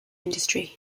industry